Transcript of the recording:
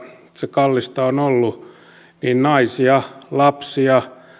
se kallista on ollut naisia lapsia